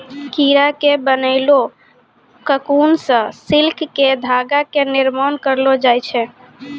कीड़ा के बनैलो ककून सॅ सिल्क के धागा के निर्माण करलो जाय छै